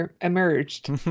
emerged